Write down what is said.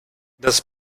das